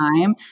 time